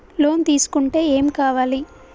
Loan తీసుకుంటే ఏం కావాలి?